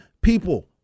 people